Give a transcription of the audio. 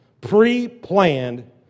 pre-planned